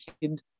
kid